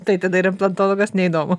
tai tada ir implantologas neįdomu